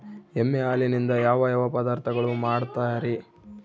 ಎಮ್ಮೆ ಹಾಲಿನಿಂದ ಯಾವ ಯಾವ ಪದಾರ್ಥಗಳು ಮಾಡ್ತಾರೆ?